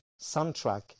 soundtrack